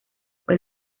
fue